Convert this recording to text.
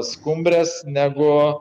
skumbres negu